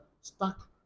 stuck